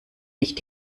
nicht